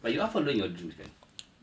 but you are following your dreams kan